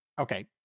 Okay